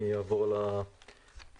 אני אעבור על ההקראה.